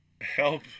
help